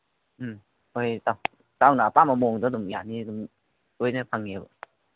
ꯎꯝ ꯍꯣꯏ ꯏꯇꯥꯎ ꯏꯇꯥꯎꯅ ꯑꯄꯥꯝꯕ ꯃꯑꯣꯡꯗ ꯑꯗꯨꯝ ꯌꯥꯅꯤ ꯑꯗꯨꯝ ꯂꯣꯏꯅ ꯐꯪꯉꯦꯕ